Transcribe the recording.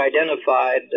identified